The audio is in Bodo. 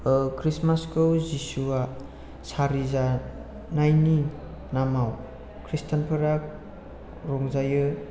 ओह खृष्टमासखौ जिसुआ सारिजानायनि नामाव खृस्टानफोरा रंजायो